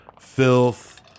filth